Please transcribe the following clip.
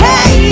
Hey